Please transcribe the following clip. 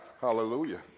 hallelujah